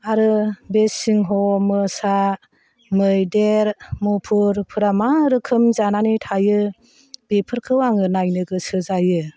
आरो बे सिंह मोसा मैदेर मुफुरफोरा मा रोखोम जानानै थायो बेफोरखौ आङो नायनो गोसो जायो